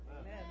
Amen